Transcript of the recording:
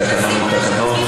תקנון הוא תקנון.